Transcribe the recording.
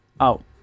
out